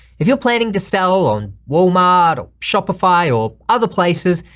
if you're planning to sell on walmart or shopify or other places,